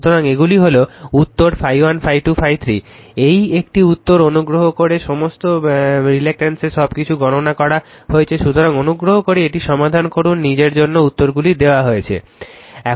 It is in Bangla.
সুতরাং এইগুলি হল উত্তর ∅1 ∅2 ∅ 3 এই একটি উত্তর অনুগ্রহ করে সমস্ত রিল্যাকটেন্স সবকিছু গণনা করা হয়েছে। সুতরাং অনুগ্রহ করে এটি সমাধান করুন নিজের জন্য উত্তরগুলি দেওয়া হয়েছে